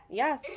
yes